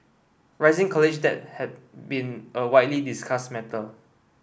rising college debt has been a widely discussed matter